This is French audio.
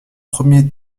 premier